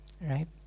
right